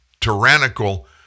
tyrannical